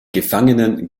gefangenen